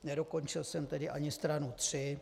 Nedokončil jsem ani stranu 3.